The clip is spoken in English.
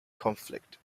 conflict